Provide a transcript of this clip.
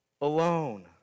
alone